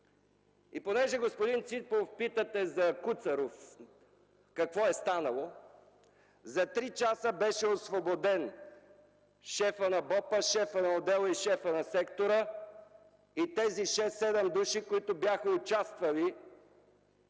И понеже, господин Ципов, питате за Куцаров – какво е станало, за три часа бяха освободени шефът на БОП, шефът на отдела и шефът на сектора и тези 6-7 души, които бяха участвали